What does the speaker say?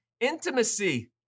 intimacy